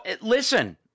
listen